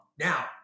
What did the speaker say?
Now